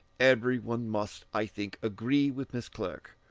everyone must, i think, agree with miss clerke,